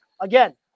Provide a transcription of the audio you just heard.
again